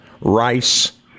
Rice